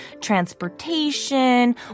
transportation